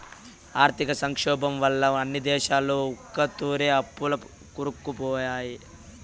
ఆర్థిక సంక్షోబం వల్ల అన్ని దేశాలు ఒకతూరే అప్పుల్ల కూరుకుపాయే